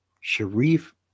Sharif